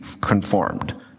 conformed